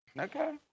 Okay